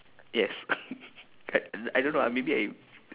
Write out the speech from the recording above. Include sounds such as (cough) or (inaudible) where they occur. yes (laughs) but I don't know ah maybe I